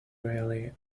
rarely